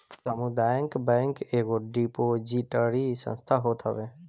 सामुदायिक बैंक एगो डिपोजिटरी संस्था होत हवे